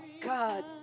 god